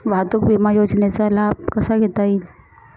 वाहतूक विमा योजनेचा लाभ कसा घेता येईल?